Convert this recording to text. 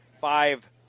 five